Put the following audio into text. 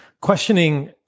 questioning